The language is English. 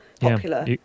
popular